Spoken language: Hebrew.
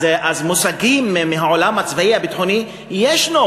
אז מושגים מהעולם הצבאי הביטחוני יש שם,